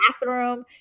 bathroom